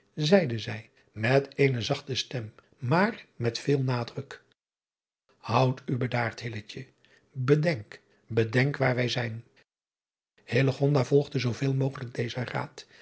zeide zij met eene zachte stem maar met veel nadruk oud u bedaard bedenk bedenk waar wij zijn volgde zooveel mogelijk dezen raad